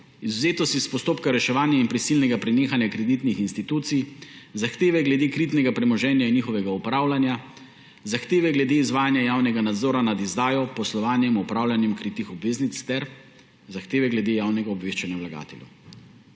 izvzetost iz postopka reševanja in prisilnega prenehanja kreditnih institucij, zahteve glede kritnega premoženja in njegovega upravljanja, zahteve glede izvajanja javnega nadzora nad izdajo, poslovanjem, upravljanjem kritih obveznic ter zahteve glede javnega obveščanja vlagateljev.